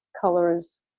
colors